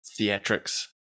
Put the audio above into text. theatrics